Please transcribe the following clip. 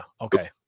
Okay